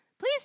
please